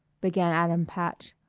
began adam patch,